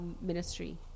ministry